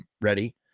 Ready